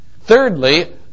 Thirdly